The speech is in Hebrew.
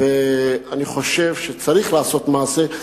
אני חושב שצריך לעשות מעשה,